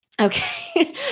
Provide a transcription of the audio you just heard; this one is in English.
Okay